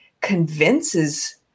convinces